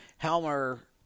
Helmer